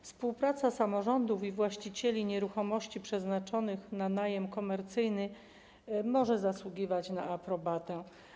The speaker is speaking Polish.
Współpraca samorządów i właścicieli nieruchomości przeznaczonych na najem komercyjny może zasługiwać na aprobatę.